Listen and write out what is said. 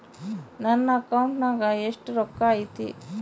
ನನ್ನ ಅಕೌಂಟ್ ನಾಗ ಎಷ್ಟು ರೊಕ್ಕ ಐತಿ?